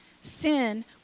sin